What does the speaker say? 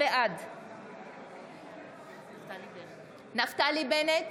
בעד נפתלי בנט,